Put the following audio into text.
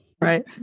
Right